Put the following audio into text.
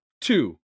two